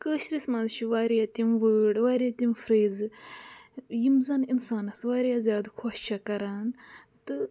کٲشرِس منٛز چھِ واریاہ تِم وٲڈ واریاہ تِم پھرٛیزٕ یِم زَن اِنسانَس واریاہ زیادٕ خۄش چھےٚ کَران تہٕ